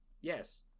yes